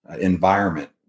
environment